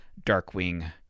Darkwing